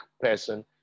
person